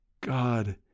God